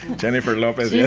jennifer lopez, yeah